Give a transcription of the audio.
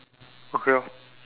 okay lor